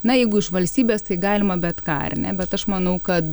na jeigu iš valstybės tai galima bet ką ar ne bet aš manau kad